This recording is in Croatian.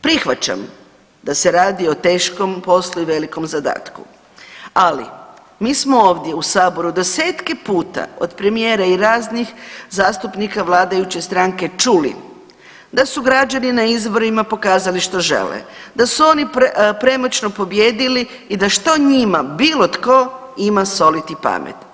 Prihvaćam da se radi o velikom poslu i velikom zadatku, ali mi smo ovdje u saboru desetke puta od premijera i raznih zastupnika vladajuće stranke čuli da su građani na izborima pokazali što žele, da su oni premoćno pobijedili i da što njima bilo tko ima soliti pamet.